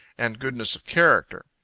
and goodness of character.